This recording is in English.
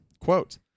quote